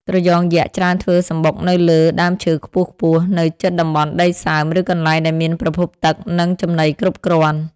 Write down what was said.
ត្រយងយក្សច្រើនធ្វើសម្បុកនៅលើ ដើមឈើខ្ពស់ៗ នៅជិតតំបន់ដីសើម ឬកន្លែងដែលមានប្រភពទឹក និងចំណីគ្រប់គ្រាន់។